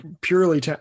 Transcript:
Purely